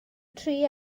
tri